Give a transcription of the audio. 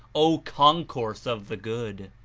o concourse of the good!